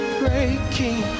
breaking